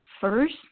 first